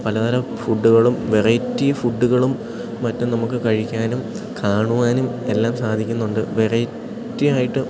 പലതരം ഫുഡ്ഡുകളും വെറൈറ്റി ഫുഡ്ഡുകളും മറ്റും നമുക്ക് കഴിക്കാനും കാണുവാനും എല്ലാം സാധിക്കുന്നുണ്ട് വെറൈറ്റി ആയിട്ട്